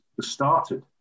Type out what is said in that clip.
started